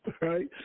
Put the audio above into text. right